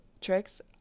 tricks